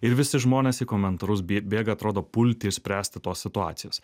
ir visi žmonės į komentarus bid bėga atrodo pulti išspręsti tos situacijos